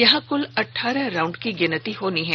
यहां कुल अठारह राउंड की गिनती होनी है